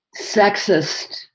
sexist